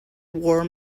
war